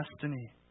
destiny